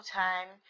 time